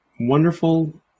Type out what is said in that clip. wonderful